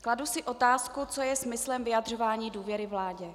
Kladu si otázku, co je smyslem vyjadřování důvěry vládě.